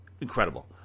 incredible